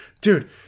dude